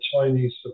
Chinese